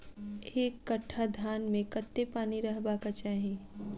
एक कट्ठा धान मे कत्ते पानि रहबाक चाहि?